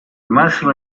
massimo